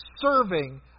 serving